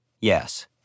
Yes